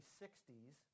60s